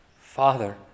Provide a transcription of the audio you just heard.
Father